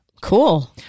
Cool